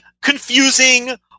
confusing